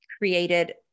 created